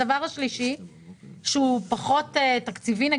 הדבר השלישי שהוא פחות תקציבי.